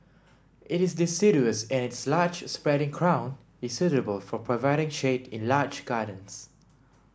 it is deciduous and its large spreading crown is suitable for providing shade in large gardens